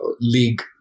league